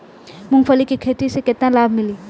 मूँगफली के खेती से केतना लाभ मिली?